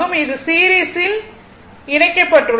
இது சீரிஸில் இணைக்கப்பட்டுள்ளது